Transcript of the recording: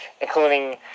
Including